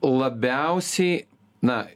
labiausiai na